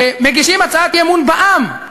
מגישים הצעת אי-אמון בעם.